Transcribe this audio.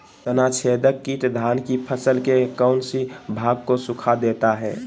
तनाछदेक किट धान की फसल के कौन सी भाग को सुखा देता है?